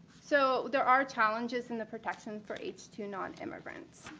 so there are challenges in the protection for h two nonimmigrants.